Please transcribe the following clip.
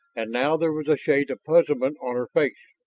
and now there was a shade of puzzlement on her face.